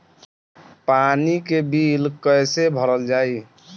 पानी के बिल कैसे भरल जाइ?